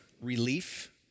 relief